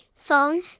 Phone